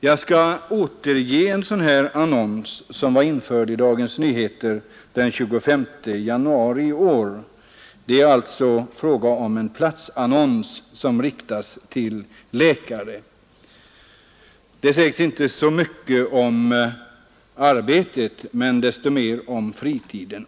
Jag skall återge en sådan annons, som var införd i Dagens Nyheter den 25 januari i år. Det är alltså fråga om en platsannons som riktar sig till läkare. Det sägs inte så mycket om arbetet men desto mer om fritiden.